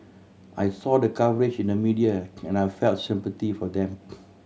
I saw the coverage in the media and I felt sympathy for them